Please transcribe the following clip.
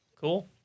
Cool